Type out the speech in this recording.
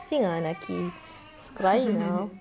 bising ah anaqi he's crying ah